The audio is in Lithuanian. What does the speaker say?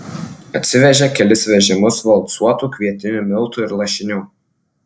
atsivežė kelis vežimus valcuotų kvietinių miltų ir lašinių